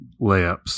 layups